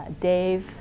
Dave